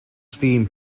steam